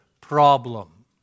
problem